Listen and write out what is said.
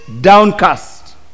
downcast